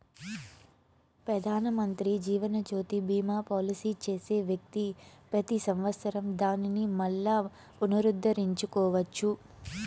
పెదానమంత్రి జీవనజ్యోతి బీమా పాలసీ చేసే వ్యక్తి పెతి సంవత్సరం దానిని మల్లా పునరుద్దరించుకోవచ్చు